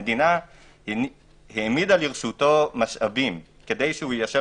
המדינה העמידה לרשותו משאבים כדי שיישב